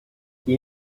geh